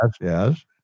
yes